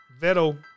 Vettel